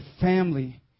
family